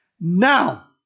now